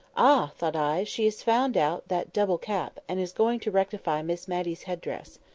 ah! thought i, she has found out that double cap, and is going to rectify miss matty's head-dress.